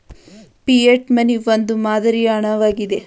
fiat money ಒಂದು ಮಾದರಿಯ ಹಣ ವಾಗಿದೆ